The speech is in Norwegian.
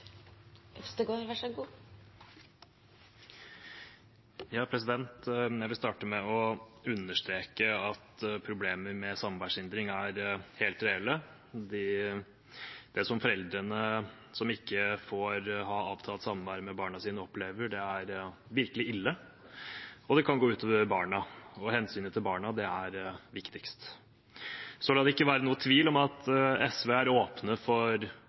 helt reelle. Det foreldrene som ikke får ha avtalt samvær med barna sine, opplever, er virkelig ille, og det kan gå ut over barna. Og hensynet til barna er viktigst. Så la det ikke være noen tvil om at SV er åpen for